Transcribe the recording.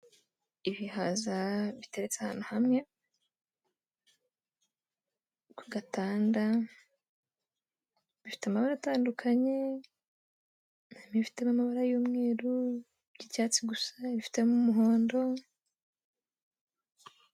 Ibihaza biteretse ahantu hamwe kugatanda, bifite amabara atandukanye; hari ibifite amabara y'umweru, iby'icyatsi gusa, ibifitemo umuhondo.